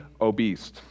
obese